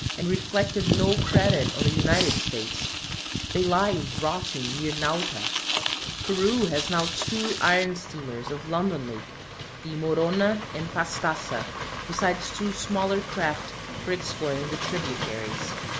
and reflected no credit on the united states they lie rotting near nauta. peru has now two iron steamers of london make the morona and pastassa besides two smaller craft for exploring the tributaries.